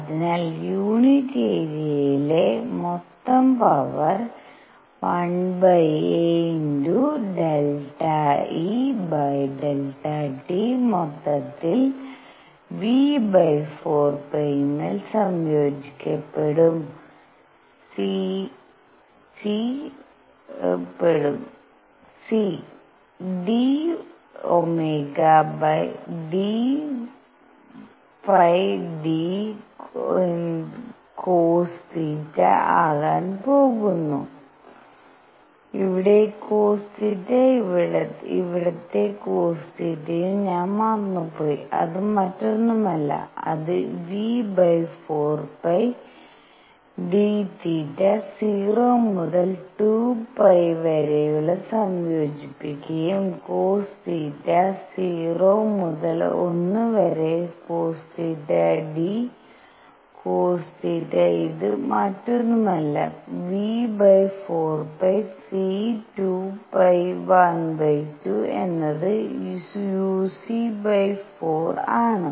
അതിനാൽ യൂണിറ്റ് ഏരിയയിലെ മൊത്തം പവർ 1a∆E∆T മൊത്തത്തിൽ υ4π മേൽ സംയോജിപ്പിക്കപ്പെടും c d Ω dϕd cosθ ആകാൻ പോകുന്നു ഇവിടതെ cosθ ഇവിതെ cosθ യും ഞാൻ മറന്നുപോയി അത് മറ്റൊന്നുമല്ല അത് υ4π dϕ 0 മുതൽ 2 π വരെ സംയോജിപ്പിക്കുകയും cosθ 0 മുതൽ 1 വരെ cosθ d cosθ ¿ ഇത് മറ്റൊന്നുമല്ല υ4π c 2 π½ എന്നത് uc4 ആണ്